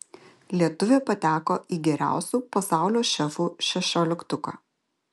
lietuvė pateko į geriausių pasaulio šefų šešioliktuką